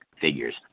figures